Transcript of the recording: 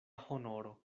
honoro